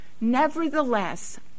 Nevertheless